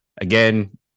again